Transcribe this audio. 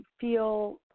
feel